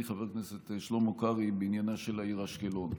חבר הנכנסת שלמה קרעי בעניינה של העיר אשקלון.